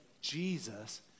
jesus